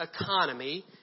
economy